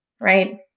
right